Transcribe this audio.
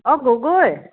অঁ গগৈ